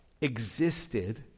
existed